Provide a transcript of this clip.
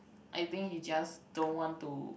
I think he just don't want to